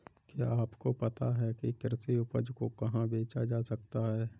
क्या आपको पता है कि कृषि उपज को कहाँ बेचा जा सकता है?